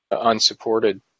unsupported